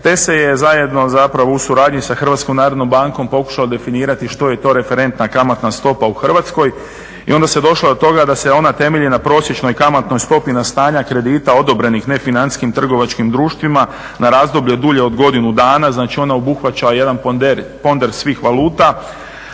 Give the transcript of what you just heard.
te se zajedno u suradnji sa HNB-om pokušalo definirati što je to referentna kamatna stopa u Hrvatskoj i onda se došlo do toga da se ona temelji na prosječnoj kamatnoj stopi na stanja kredita odobrenih nefinancijskim trgovačkim društvima na razdoblje dulje od godinu dana. Znači ona obuhvaća jedan ponder svih valuta.